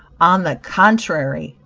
on the contrary,